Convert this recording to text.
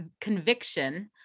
conviction